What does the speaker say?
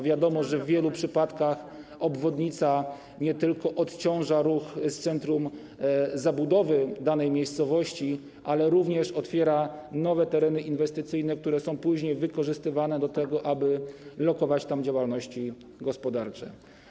Wiadomo, że w wielu przypadkach obwodnica nie tylko odciąża ruch w centrum danej miejscowości, ale również otwiera nowe tereny inwestycyjne, które później są wykorzystywane do tego, aby lokować tam działalności gospodarcze.